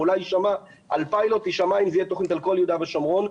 אולי יישמע על פיילוט אם זאת תהיה תוכנית על כל יהודה ושומרון.